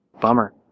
Bummer